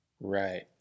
Right